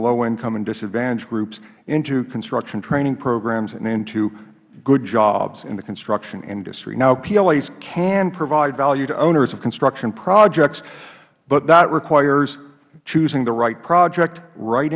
low income and disadvantaged groups into construction training programs and into good jobs in the construction industry now plas can provide value to owners of construction projects but that requires choosing the right project